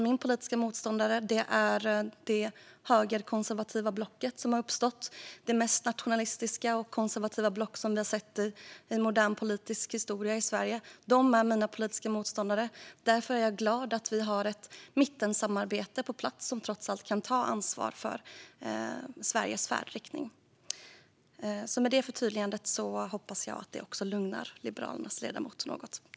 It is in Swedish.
Min politiska motståndare är det högerkonservativa block som har uppstått, det mest nationalistiska och konservativa block vi har sett i modern politisk historia i Sverige. Därför är jag glad att vi har på plats ett mittensamarbete som trots allt kan ta ansvar för Sveriges färdriktning. Med det förtydligandet hoppas jag att jag har lugnat Liberalernas ledamot något.